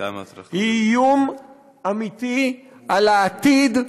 היא איום אמיתי על העתיד,